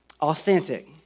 authentic